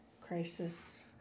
crisis